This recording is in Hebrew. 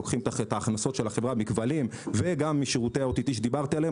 לוקחים את ההכנסות של החברה מכבלים וגם משירותי ה-OTT שדיברתי עליהם,